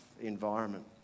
environment